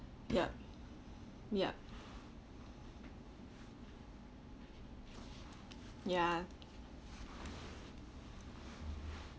ya ya ya